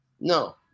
No